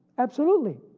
absolutely.